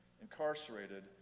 incarcerated